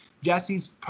Jesse's